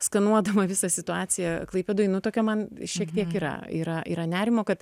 skenuodama visą situaciją klaipėdoj nu tokia man šiek tiek yra yra yra nerimo kad